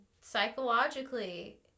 psychologically